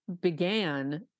began